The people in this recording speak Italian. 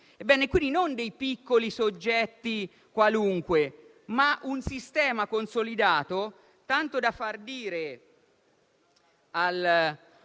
quindi di piccoli soggetti qualunque, ma di un sistema consolidato, tanto da far dire al